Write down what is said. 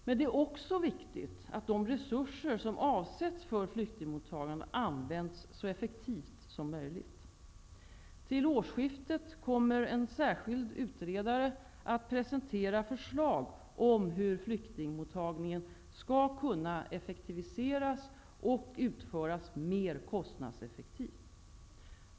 Men det är också viktigt att de resurser som avsätts för flyktingmottagandet används så effektivt som möjligt. Till årsskiftet kommer en särskild utredare att presentera förslag om hur flyktingmottagningen skall kunna effektiviseras och utföras mer kostnadseffektivt.